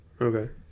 Okay